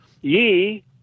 Ye